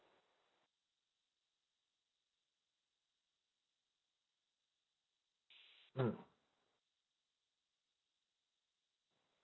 mm